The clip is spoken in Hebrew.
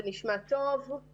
זה נשמע טוב,